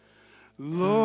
Lord